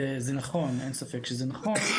וזה נכון, אין ספק שזה נכון.